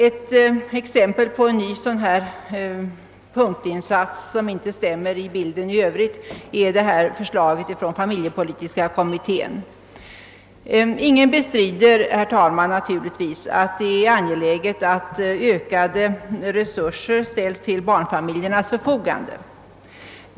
Ett exempel på en sådan punktinsats som inte passar in i bilden är förslaget från den familjepolitiska kommittén. Ingen bestrider angelägenheten av att ökade resurser ställes till barnfamiljernas förfogande.